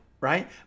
right